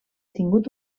tingut